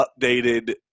updated